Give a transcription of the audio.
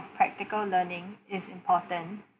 practical learning is important